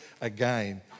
again